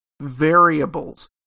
variables